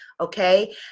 Okay